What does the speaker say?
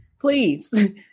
please